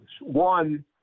one